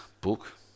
book